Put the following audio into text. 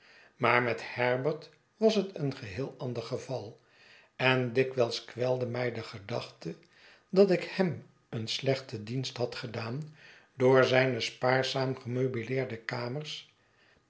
maar met herbert was het een geheel ander geval en dikwijls kwelde mij de gedachte dat ik hem een slechten dienst had gedaan door zijne spaarzaam gemeubileerde kamers